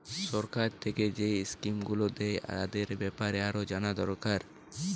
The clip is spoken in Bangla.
সরকার থিকে যেই স্কিম গুলো দ্যায় তাদের বেপারে আরো জানা দোরকার